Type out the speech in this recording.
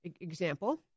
example